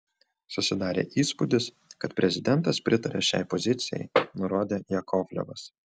susidarė įspūdis kad prezidentas pritaria šiai pozicijai nurodė jakovlevas